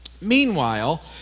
Meanwhile